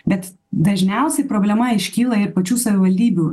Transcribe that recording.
bet dažniausiai problema iškyla ir pačių savivaldybių